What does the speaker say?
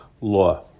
law